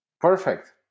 Perfect